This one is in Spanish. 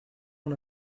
una